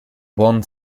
buon